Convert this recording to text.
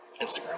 Instagram